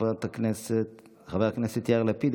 חבר הכנסת יאיר לפיד,